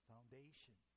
foundation